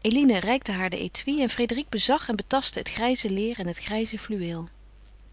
eline reikte haar den étui en frédérique bezag en betastte het grijze leêr en het grijze fluweel